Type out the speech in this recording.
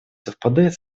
совпадает